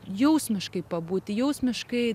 jausmiškai pabūti jausmiškai